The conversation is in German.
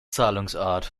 zahlungsart